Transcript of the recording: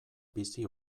bizi